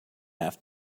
have